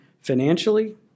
financially